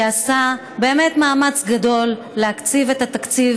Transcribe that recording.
שעשה באמת מאמץ גדול להקציב את התקציב